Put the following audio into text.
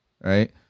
Right